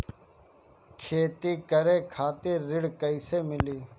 खेती करे खातिर ऋण कइसे मिली?